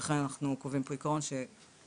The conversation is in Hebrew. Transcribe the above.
ולכן אנחנו קובעים פה עיקרון שיבהיר